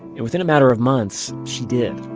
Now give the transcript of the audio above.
and within a matter of months, she did.